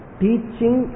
teaching